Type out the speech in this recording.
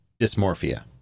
dysmorphia